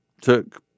took